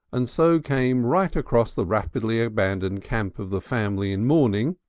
and so came right across the rapidly abandoned camp of the family in mourning,